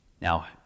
Now